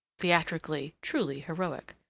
theatrically, truly heroic.